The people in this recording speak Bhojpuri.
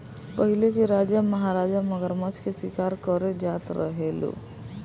पहिले के राजा महाराजा मगरमच्छ के शिकार करे जात रहे लो